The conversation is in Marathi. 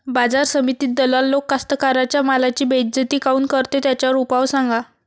बाजार समितीत दलाल लोक कास्ताकाराच्या मालाची बेइज्जती काऊन करते? त्याच्यावर उपाव सांगा